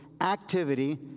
activity